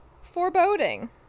foreboding